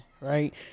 right